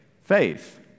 Faith